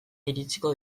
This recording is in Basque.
iritsiko